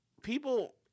People